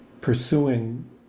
pursuing